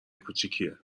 کوچیکیه